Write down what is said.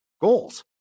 goals